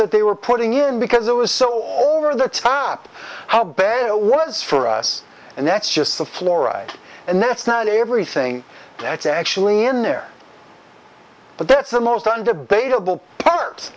that they were putting in because it was so over the top how bad it was for us and that's just the fluoride and that's not everything that's actually end there but that's the most undebatable part